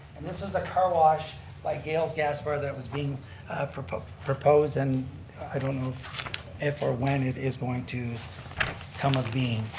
and this was a car wash by gales gaspare that was being proposed proposed and i don't know if or when it is going to come of being.